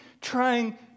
trying